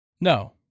No